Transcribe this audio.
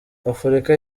afurika